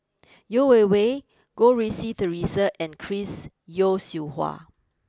Yeo Wei Wei Goh Rui Si Theresa and Chris Yeo Siew Hua